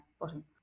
bottom